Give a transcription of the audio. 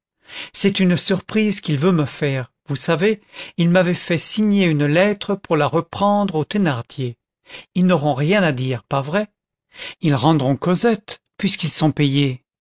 c'est une surprise qu'il veut me faire vous savez il m'avait fait signer une lettre pour la reprendre aux thénardier ils n'auront rien à dire pas vrai ils rendront cosette puisqu'ils sont payés